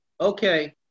Okay